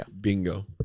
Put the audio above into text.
Bingo